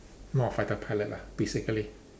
not a fighter pilot lah basically